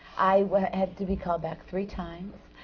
i had to be called back three times.